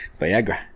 Viagra